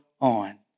on